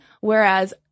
whereas